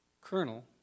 colonel